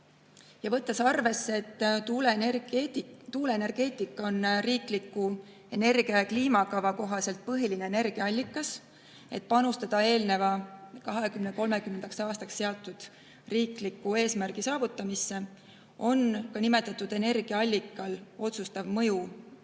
Võttes arvesse, et tuuleenergia on riikliku energia‑ ja kliimakava kohaselt põhiline energiaallikas, mille abil panustada 2030. aastaks seatud riikliku eesmärgi saavutamisse, on nimetatud energiaallikal otsustav mõju